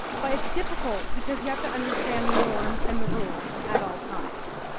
but it's difficult because you have to understand the norms and the rules at all times.